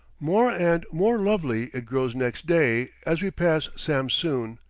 more and more lovely it grows next day, as we pass samsoon,